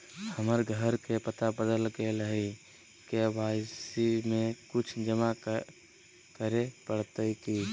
हमर घर के पता बदल गेलई हई, के.वाई.सी में कुछ जमा करे पड़तई की?